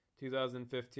2015